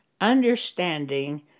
understanding